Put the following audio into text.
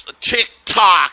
TikTok